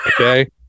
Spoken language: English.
Okay